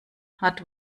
hat